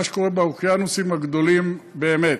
מה שקורה באוקיינוסים הגדולים באמת.